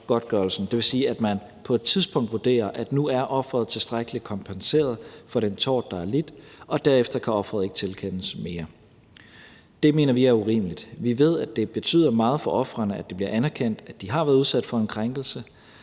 Det vil sige, at man på et tidspunkt vurderer, at nu er offeret tilstrækkeligt kompenseret for den tort, der er lidt, og derefter kan offeret ikke tilkendes mere. Det mener vi er urimeligt. Vi ved, at det betyder meget for ofrene, at det bliver anerkendt, at de har været udsat for en krænkelse,